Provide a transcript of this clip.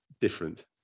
different